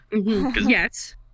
yes